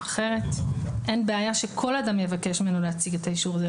אחרת אין בעיה שכל אדם יבקש ממנו להציג את האישור הזה,